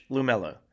Lumello